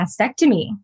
mastectomy